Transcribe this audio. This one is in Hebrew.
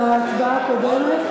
זאת ההצבעה הקודמת,